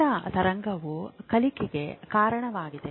theta ತರಂಗವು ಕಲಿಕೆಗೆ ಕಾರಣವಾಗಿದೆ